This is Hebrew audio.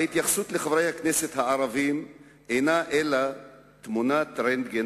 ההתייחסות אל חברי הכנסת הערבים אינה אלא תמונת רנטגן